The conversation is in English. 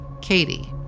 katie